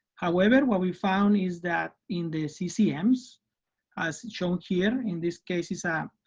however, what we found is that in ccms as shown here in this case is um